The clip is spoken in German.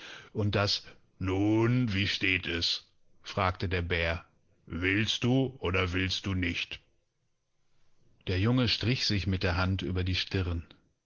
und das jetzt so viele häuser voller menschen um sich geschart und eisenbahnenundtelegraphendrähteansichgezogenhatte unddas nun wiestehtes fragtederbär willstdu oderwillstdunicht der junge strich sich mit der hand über die stirn